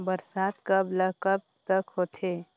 बरसात कब ल कब तक होथे?